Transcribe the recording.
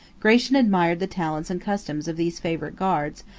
gratian admired the talents and customs of these favorite guards,